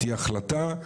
תהיה החלטה,